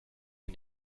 der